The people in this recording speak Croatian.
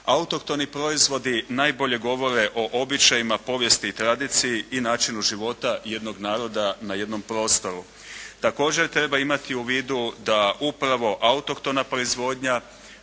Autohtoni proizvodi najbolje govore o običajima, povijesti i tradiciji i načinu života jednog naroda na jednom prostoru. Također treba imati u vidu da upravo autohtona proizvodnja